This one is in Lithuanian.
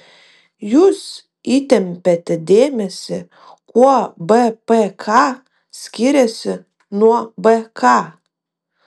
jūs įtempiate dėmesį kuo bpk skiriasi nuo bk